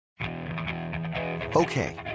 Okay